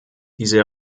diese